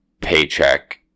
paycheck